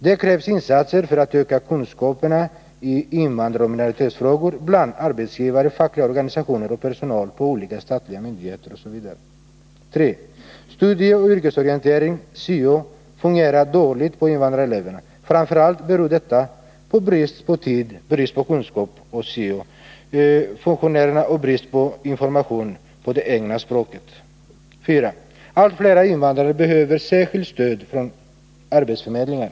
Det krävs insatser för att öka kunskaperna i invandraroch minoritetsfrågor bland arbetsgivare, fackliga organisationer och personal på olika statliga myndigheter osv. 3. Studieoch yrkesorienteringen, syo, fungerar dåligt för invandrareleverna. Framför allt beror detta på brist på tid, brist på kunskap hos syo-funktionärerna och brist på information på det egna språket. 4. Allt flera invandrare behöver särskilt stöd från arbetsförmedlingarna.